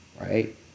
right